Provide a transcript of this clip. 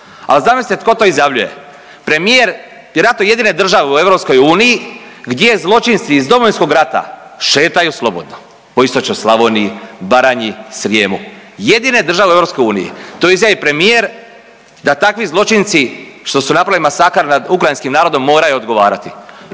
a zamislite tko to izjavljuje, premijer vjerojatno jedine države u EU gdje zločinci iz Domovinskog rata šetaju slobodno po istočnoj Slavoniji, Baranji, Srijemu, jedine države u EU, to izjavi premijer da takvi zločinci što su napravili masakr nad ukrajinskim narodom moraju odgovarati,